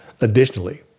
Additionally